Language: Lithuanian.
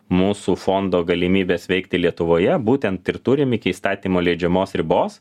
mūsų fondo galimybes veikti lietuvoje būtent ir turim iki įstatymo leidžiamos ribos